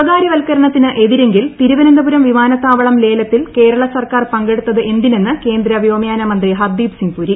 സ്വകാര്യവത്ക്കരണത്തിന് എതിര്യ്ക്കിൽ തിരുവനന്തപുരം വിമാനത്താവളം ലേലത്തിൽ ക്ട്രേളസർക്കാർ പങ്കെടുത്തത് എന്തിനെന്ന് കേന്ദ്ര വ്യോമയാന്ന് മ്ന്തി ഹർദ്ദീപ്സിംഗ് പൂരി